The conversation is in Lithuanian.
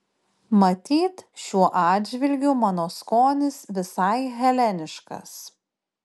matyt šiuo atžvilgiu mano skonis visai heleniškas